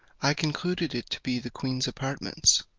i concluded it to be the queen's apartments.